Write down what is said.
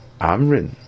Amrin